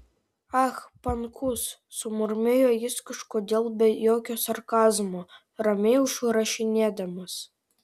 ah pankus sumurmėjo jis kažkodėl be jokio sarkazmo ramiai užrašinėdamas